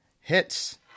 Hits